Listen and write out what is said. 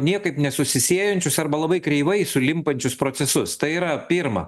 niekaip nesusisiejančius arba labai kreivai sulimpančius procesus tai yra pirma